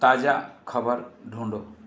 ताज़ा खबर ढूँढो